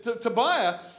Tobiah